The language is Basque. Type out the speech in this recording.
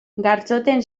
gartxoten